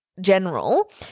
general